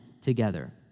together